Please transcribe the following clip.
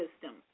system